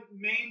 main